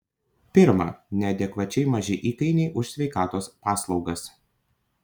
pirma neadekvačiai maži įkainiai už sveikatos paslaugas